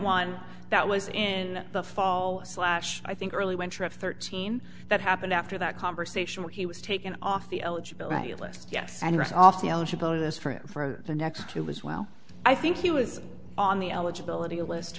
one that was in the fall slash i think early winter of thirteen that happened after that conversation where he was taken off the eligibility list yes and right off the eligibility this for the next year was well i think he was on the eligibility list